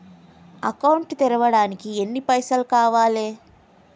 Account తెరవడానికి ఎన్ని పైసల్ కావాలే?